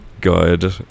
good